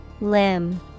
Limb